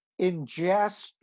ingest